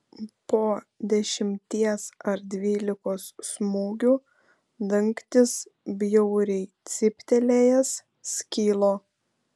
po dešimties ar dvylikos smūgių dangtis bjauriai cyptelėjęs skilo